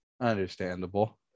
understandable